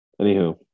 Anywho